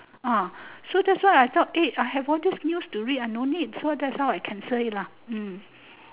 ah so that's why I thought eh I have all these news to read so I no need that's how I cancelled it lah hmm